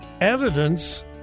evidence